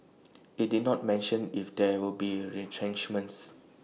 IT did not mention if there will be retrenchments